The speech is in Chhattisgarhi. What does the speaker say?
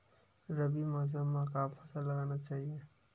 रबी मौसम म का फसल लगाना चहिए?